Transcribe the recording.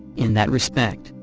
in that respect,